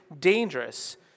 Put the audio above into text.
dangerous